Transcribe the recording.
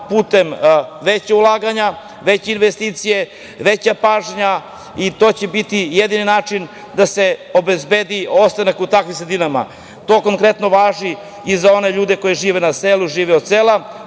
putem većeg ulaganja, većih investicija, veće pažnje. To će biti jedini način da se obezbedi ostanak u takvim sredinama. To konkretno važi i za one ljude koji žive na selu, žive od sela.